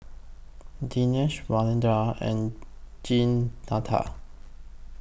Denisha Alwilda and Jeanetta